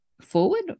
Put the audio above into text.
forward